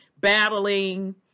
battling